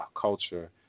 culture